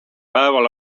päeval